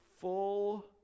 full